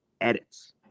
edits